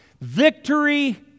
Victory